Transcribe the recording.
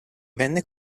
venne